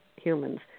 humans